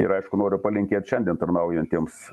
ir aišku noriu palinkėt šiandien tarnaujantiems